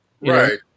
right